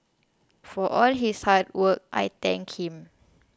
for all his hard work I thank him